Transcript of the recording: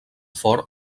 fort